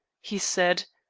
he said.